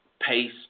pace